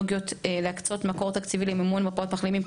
להקצות מקור תקציבי לפיילוט למרפאות מחלימים,